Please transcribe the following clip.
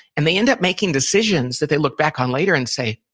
and they end up making decisions that they look back on later and say,